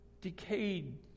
decayed